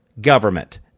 Government